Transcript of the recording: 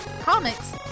comics